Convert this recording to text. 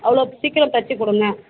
அவ்வளோ சீக்கிரம் தச்சுக் கொடுங்க